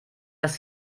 dass